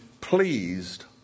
pleased